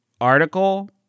article